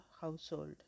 household